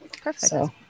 perfect